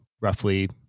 roughly